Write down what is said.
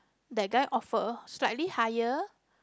that guy offer slightly higher